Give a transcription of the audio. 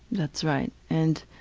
that's right. and,